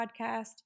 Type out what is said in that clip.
podcast